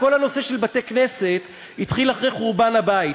כל הנושא של בתי-כנסת התחיל אחרי חורבן הבית.